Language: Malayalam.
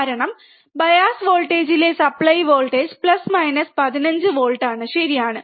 കാരണം ബയാസ് വോൾട്ടേജിലെ സപ്ലൈ വോൾട്ടേജ് പ്ലസ് മൈനസ് 15 വോൾട്ട്ആണ് ശരിയാണ്